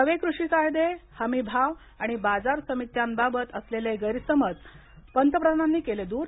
नवे कृषी कायदे हमी भाव आणि बाजार समित्यांबाबत असलेले गैरसमज पंतप्रधानांनी केले दूर